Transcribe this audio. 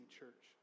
church